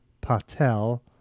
Patel